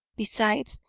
besides,